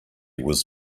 was